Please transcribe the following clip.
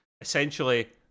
essentially